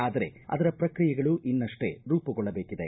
ಆದರೆ ಅದರ ಪ್ರಕ್ರಿಯೆಗಳು ಇನ್ನಷ್ಟೇ ರೂಮಗೊಳ್ಳಬೇಕಿದೆ